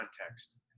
context